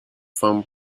foam